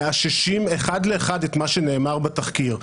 מאששים אחד לאחד את מה שנאמר בתחקיר.